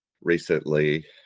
recently